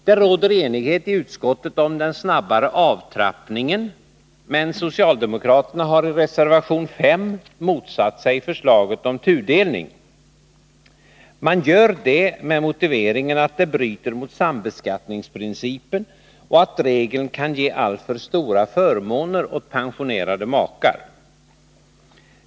Det råder enighet i utskottet om den snabbare avtrappningen, men socialdemokraterna har i reservation 5 motsatt sig förslaget om tudelning. Man gör det med motiveringen att det bryter mot sambeskattningsprincipen och att regeln kan ge alltför stora förmåner åt pensionerade makar.